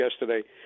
yesterday